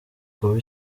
kuba